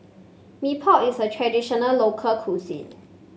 Mee Pok is a traditional local cuisine